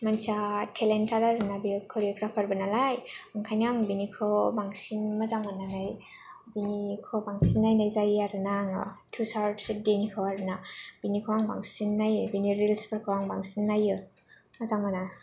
मानसिया टेलेन्तथार आरो ना बियो करिव'ग्राफारबो नालाय ओंखायनो आङो बिनिखौ बांसिन मोजां मोननानै बिनिखौ बांसिन नायनाय जायो आरोना आङो तुसार शेतिनिखौ आरोना बिनिखौ आं बांसिन नायो बिनि रिल्सफोरखौ आं बांसिन नायो मोजां मोनो